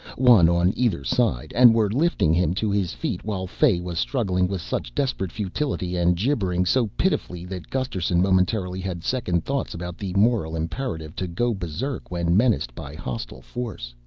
one on either side, and were lifting him to his feet, while fay was struggling with such desperate futility and gibbering so pitifully that gusterson momentarily had second thoughts about the moral imperative to go berserk when menaced by hostile force.